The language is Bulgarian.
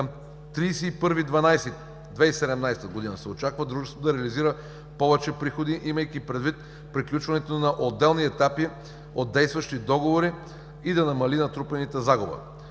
Към 31 декември 2017 г. се очаква дружеството да реализира повече приходи, имайки предвид приключването на отделни етапи от действащи договори и да намали натрупаните загуби.